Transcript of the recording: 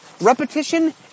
repetition